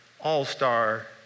All-Star